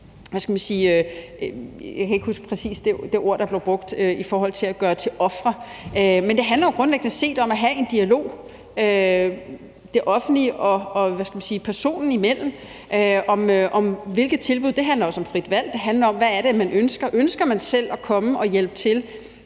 jeg kan ikke huske præcis det ord, der blev brugt – gør nogen til ofre. Men det handler jo grundlæggende om at have en dialog det offentlige og borgeren imellem – om, hvilke tilbud man skal have. Det handler også om frit valg; det handler om, hvad det er, man ønsker. Ønsker man selv at komme og hjælpe til?